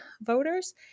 voters